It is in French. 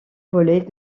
voler